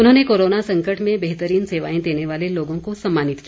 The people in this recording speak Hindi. उन्होंने कोरोना संकट में बेहतरीन सेवाएं देने वाले लोगों को सम्मानित किया